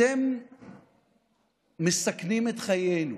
אתם מסכנים את חיינו,